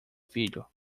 filho